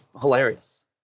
hilarious